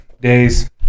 days